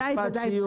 משפט סיום